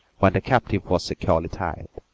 when the captive was securely tied.